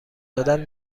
دادن